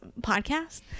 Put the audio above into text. podcast